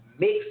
Mix